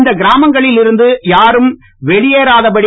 இந்த இராமங்களில் இருந்து யாரும் வெளியேறாதபடி